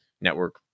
network